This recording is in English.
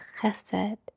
chesed